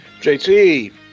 JT